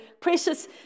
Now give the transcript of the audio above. precious